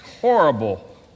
horrible